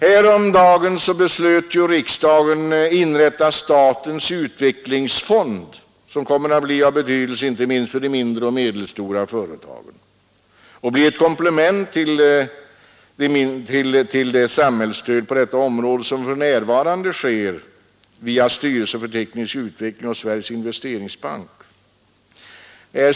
Häromdagen beslöt riksdagen inrätta statens utvecklingsfond, som kommer att bli av betydelse inte minst för de mindre och medelstora företagen och bli ett komplement till det samhällsstöd på detta område som för närvarande utgår via styrelsen för teknisk utveckling och Sveriges Nr 104 investeringsbank.